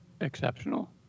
exceptional